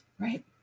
Right